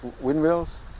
windmills